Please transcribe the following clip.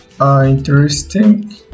interesting